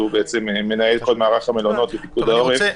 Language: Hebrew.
שמנהל את כל מערך המלונות בפיקוד העורף.